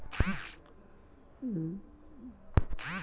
जीओच रिचार्ज मले ऑनलाईन करता येईन का?